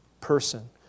person